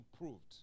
improved